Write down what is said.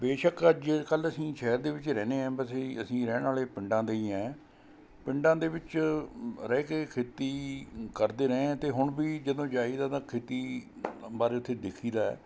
ਬੇਸ਼ੱਕ ਅੱਜ ਕੱਲ੍ਹ ਅਸੀਂ ਸ਼ਹਿਰ ਦੇ ਵਿੱਚ ਰਹਿੰਦੇ ਹਾਂ ਵੈਸੇ ਅਸੀਂ ਰਹਿਣ ਵਾਲੇ ਪਿੰਡਾਂ ਦੇ ਹੀ ਐਂ ਪਿੰਡਾਂ ਦੇ ਵਿੱਚ ਰਹਿ ਕੇ ਖੇਤੀ ਕਰਦੇ ਰਹੇ ਐਂ ਅਤੇ ਹੁਣ ਵੀ ਜਦੋਂ ਜਾਈਦਾ ਤਾਂ ਖੇਤੀ ਬਾਰੇ ਉੱਥੇ ਦੇਖੀਦਾ